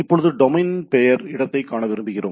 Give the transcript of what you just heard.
இப்போது டொமைன் பெயர் இடத்தை காண விரும்புகிறோம்